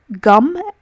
Gum